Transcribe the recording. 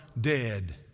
dead